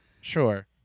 sure